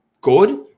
good